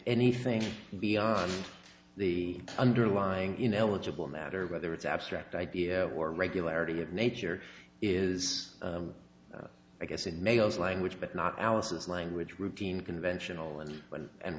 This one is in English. anything beyond the underlying ineligible matter whether it's abstract idea or regularity of nature is i guess in males language but not alice's language routine conventional and when and